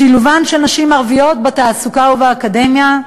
שילובן של נשים ערביות בתעסוקה ובאקדמיה: